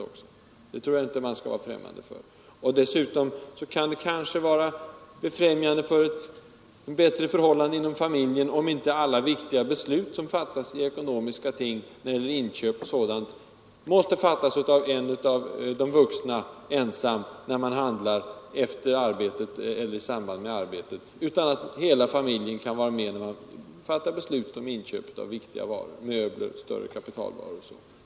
Dessutom kan det kanske vara befrämjande för ett bättre förhållande inom familjen, om inte alla viktiga beslut, som fattas i ekonomiska ting när det gäller inköp och sådant, måste fattas av en av de vuxna ensam, när denne handlar efter arbetets slut, utan hela familjen kan vara med om inköp av viktiga varor såsom möbler och andra större kapitalvaror.